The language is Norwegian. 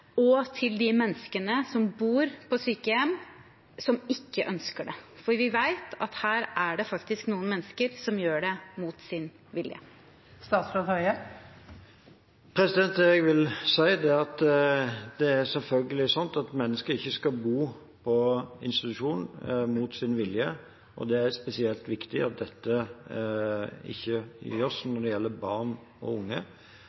og til de menneskene som bor på sykehjem, men som ikke ønsker det. For vi vet at her er det faktisk noen mennesker som gjør det, mot sin vilje. Jeg vil si at mennesker selvfølgelig ikke skal bo på institusjon mot sin vilje, og det er spesielt viktig at dette ikke gjøres når det gjelder barn og unge.